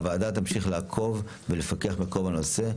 הוועדה תמשיך לעקוב ולפקח על הנושא,